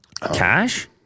Cash